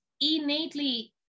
innately